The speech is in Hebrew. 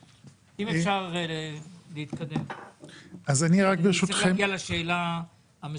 אם אפשר להתקדם, אני רוצה להגיע לשאלה המסורתית,